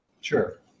Sure